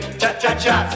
cha-cha-cha